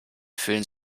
fühlen